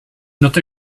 not